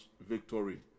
victory